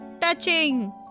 touching